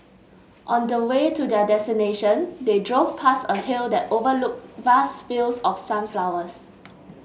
on the way to their destination they drove past a hill that overlooked vast fields of sunflowers